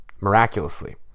Miraculously